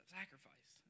sacrifice